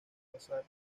pasar